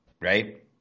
right